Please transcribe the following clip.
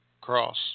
Cross